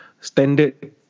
standard